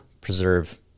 preserve